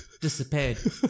disappeared